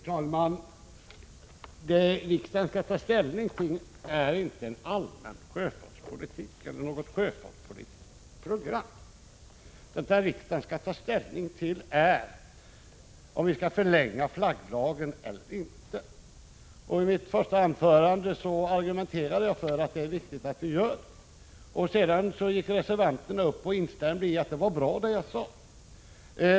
Fru talman! Det som riksdagen skall ta ställning till är inte en allmän sjöfartspolitik eller något sjöfartspolitiskt program. Det som riksdagen skall ta ställning till är om vi skall förlänga flagglagen eller inte. I mitt första inlägg argumenterade jag för att det är viktigt att vi behåller den. Sedan gick reservanterna upp i talarstolen och instämde i att det som jag sade var bra.